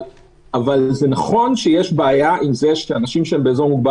זה נכון שיש בעיה עם זה שאנשים באזור מוגבל